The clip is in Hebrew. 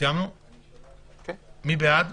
מי בעד?